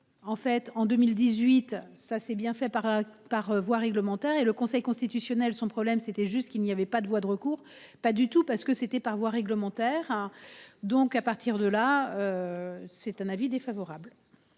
En fait, en 2018, ça s'est bien fait par par voie réglementaire et le Conseil constitutionnel, son problème c'était juste qu'il n'y avait pas de voie de recours. Pas du tout parce que c'était par voie réglementaire. Donc à partir de là. C'est un avis défavorable.